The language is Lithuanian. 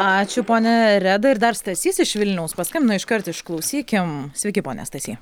ačiū ponia reda ir dar stasys iš vilniaus paskambino iškart išklausykim sveiki pone stasy